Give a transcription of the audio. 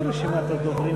חלל זה טוב.